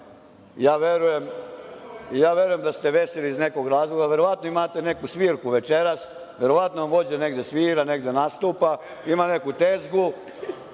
Verujem da ste veseli iz nekog razloga, verovatno imate neku svirku večeras, verovatno vam vođa negde svira, negde nastupa, ima neku tezgu,